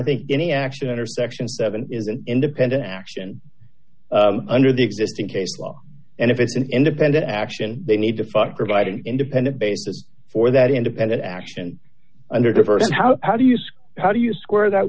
think any action intersection seven is an independent action under the existing case law and if it's an independent action they need to fund provide an independent basis for that independent action under diverse how how do you see how do you square that